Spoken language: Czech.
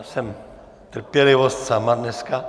Já jsem trpělivost sama dneska.